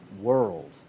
world